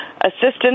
assistance